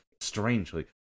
Strangely